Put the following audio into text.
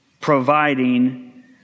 providing